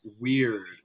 weird